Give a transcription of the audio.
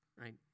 right